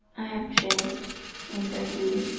i am shaved answered he.